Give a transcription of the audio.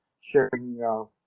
sharing